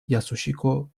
yasuhiko